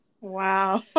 Wow